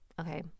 okay